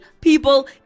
people